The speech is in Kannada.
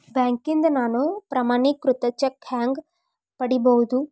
ಬ್ಯಾಂಕ್ನಿಂದ ನಾನು ಪ್ರಮಾಣೇಕೃತ ಚೆಕ್ ಹ್ಯಾಂಗ್ ಪಡಿಬಹುದು?